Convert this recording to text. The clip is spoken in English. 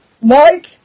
Mike